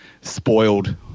spoiled